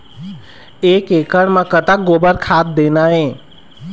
एक एकड़ म कतक गोबर खाद देना ये?